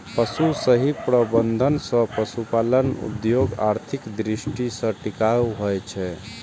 पशुक सही प्रबंधन सं पशुपालन उद्योग आर्थिक दृष्टि सं टिकाऊ होइ छै